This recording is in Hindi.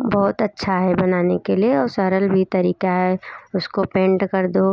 बहुत अच्छा है बनाने के लिए और सरल भी तरीका है उसको पेंट कर दो